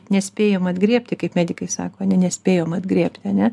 nespėjom atgriebti kaip medikai sako ne nespėjom atgriebti ar ne